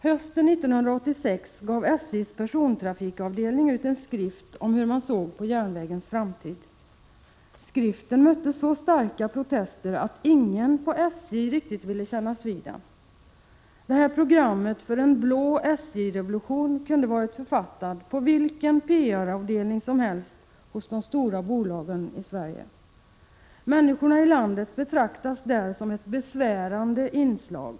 Hösten 1986 gav SJ:s persontrafikavdelning ut en skrift om hur man såg på järnvägens framtid. Skriften mötte så starka protester att ingen på SJ riktigt ville kännas vid den. Detta program för en blå SJ-revolution kunde varit författat på vilken PR-avdelning som helst hos de stora bolagen i Sverige. Människorna i landet betraktas där som ett besvärande inslag.